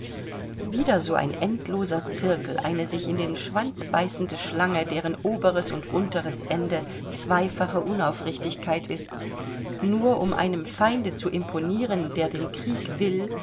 wieder so ein endloser cirkel eine sich in den schwanz beißende schlange deren oberes und unteres ende zweifache unaufrichtigkeit ist nur um einem feinde zu imponieren der den krieg will